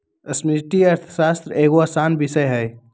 समष्टि अर्थशास्त्र एगो असान विषय हइ